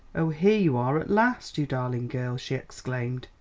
oh, here you are at last, you darling girl! she exclaimed,